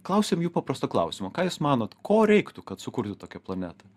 klausėm jų paprasto klausimo ką jūs manot ko reiktų kad sukurti tokią planetą